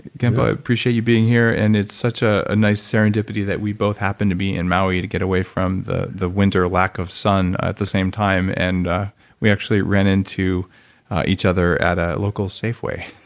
genpo, i appreciate you being here, and it's such ah a nice serendipity that we both happen to be in maui to get away from the the winter, lack of sun at the same time, and we actually ran into each other at a local safeway.